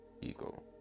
ego